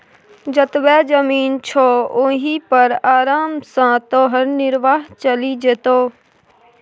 जतबा जमीन छौ ओहि पर आराम सँ तोहर निर्वाह चलि जेतौ